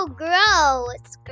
gross